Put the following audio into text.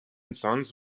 sons